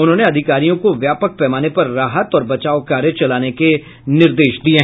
उन्होंने अधिकारियों को व्यापक पैमाने पर राहत और बचाव कार्य चलाने के निर्देश दिये